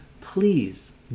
please